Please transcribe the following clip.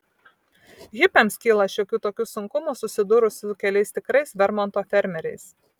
hipiams kyla šiokių tokių sunkumų susidūrus su keliais tikrais vermonto fermeriais